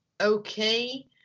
okay